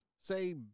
say